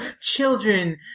children